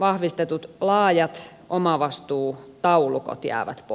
vahvistetut laajat omavastuutaulukot jäävät pois